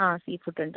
ആ സീ ഫുഡുണ്ട്